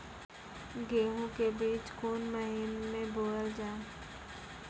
गेहूँ के बीच कोन महीन मे बोएल जाए?